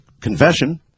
confession